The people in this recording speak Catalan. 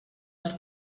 per